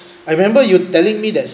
I remember you telling me that